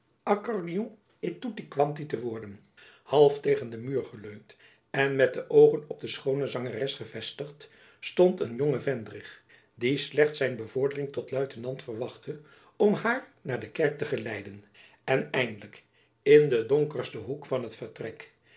e tutti quanti te worden half tegen den muur geleund en met de oogen op de schoone zangeres gevestigd stond een jonge vendrig die slechts zijn bevordering tot luitenant verwachtte om haar naar de kerk te geleiden en eindelijk in den donkersten hoek van het vertrek